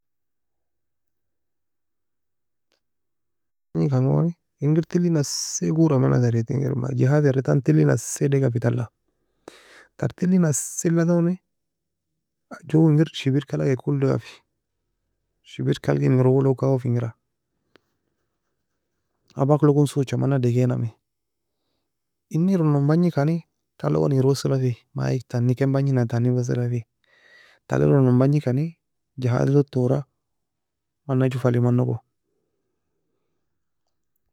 Engir talei nassie gora meno tere engir جهاز era entan talei nassie dega fe tala Ter talei nassie la toni joe engir shibir ka alag ekol dafiy. Shibir ka algi engir اول log kawa fe engira abak logon socha mana degae namai eni eron bagni kani tala gon engir wesila fe mic tani ken bagni nan tani wesila fe talog eron bagni kani جهاز log tora man joe fali manogo.